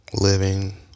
living